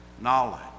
knowledge